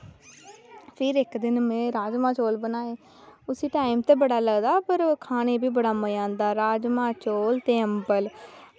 ते फिर इक्क दिन में राज़मां चौल बनाए उसी टाईम ते बड़ा लगदा पर उसगी खानै गी बड़ा मज़ा आया राज़मां चौल ते अम्बल